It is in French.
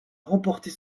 remporter